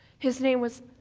his name was.